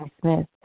Smith